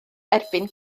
erbyn